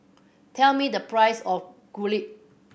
tell me the price of Kulfi